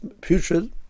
putrid